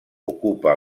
ocupa